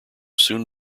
soon